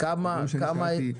דברים שאני שאלתי.